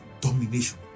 domination